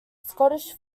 scottish